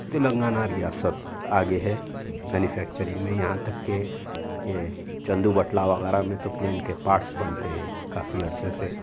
تلنگانہ ریاست آگے ہے مینوفیکچرنگ میں یہاں تک کہ یہ چندو بٹلا وغیرہ میں تو پلین کے پارٹس بنتے ہیں کافی عرصے سے